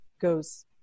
goes